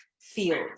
field